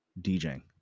DJing